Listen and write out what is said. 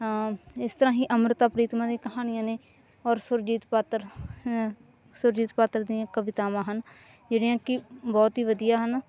ਇਸ ਤਰ੍ਹਾਂ ਹੀ ਅੰਮ੍ਰਿਤਾ ਪ੍ਰੀਤਮ ਦੀਆਂ ਕਹਾਣੀਆਂ ਨੇ ਔਰ ਸੁਰਜੀਤ ਪਾਤਰ ਸੁਰਜੀਤ ਪਾਤਰ ਦੀਆਂ ਕਵਿਤਾਵਾਂ ਹਨ ਜਿਹੜੀਆਂ ਕਿ ਬਹੁਤ ਹੀ ਵਧੀਆ ਹਨ